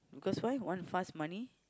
cause why want fast money